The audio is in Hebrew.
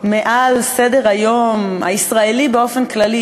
מעל סדר-היום הישראלי באופן כללי,